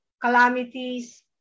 calamities